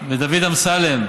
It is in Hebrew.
ודוד אמסלם.